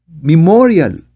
memorial